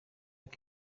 luc